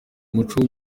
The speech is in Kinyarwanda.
umuco